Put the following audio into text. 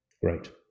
great